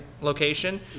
location